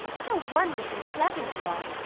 how wonderfully clever you are!